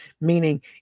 meaning